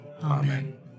Amen